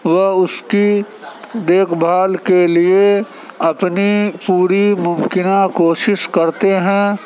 وہ اس کی دیکھ بھال کے لیے اپنی پوری ممکنہ کوشش کرتے ہیں